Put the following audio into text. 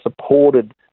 supported